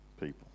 people